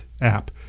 app